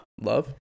Love